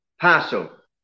Passover